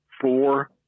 four